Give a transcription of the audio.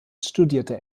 studierte